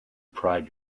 pride